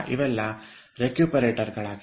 ಇವೆಲ್ಲ ರೆಕ್ಯೂಪರೇಟರ್ ಗಳಾಗಿವೆ